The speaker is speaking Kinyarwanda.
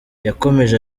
yakomeje